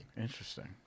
Interesting